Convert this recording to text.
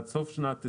עד סוף שנת 2020,